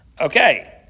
Okay